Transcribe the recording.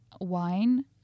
wine